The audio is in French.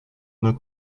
nos